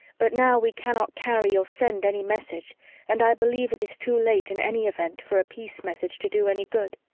but now we cannot carry or send any message and i believe it is too late in any event for a peace message to do any good.